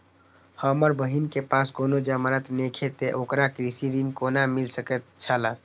हमर बहिन के पास कोनो जमानत नेखे ते ओकरा कृषि ऋण कोना मिल सकेत छला?